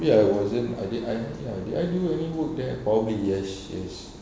ya I wasn't I did I did I uh do any work there probably yes yes